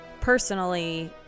personally